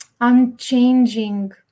unchanging